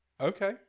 Okay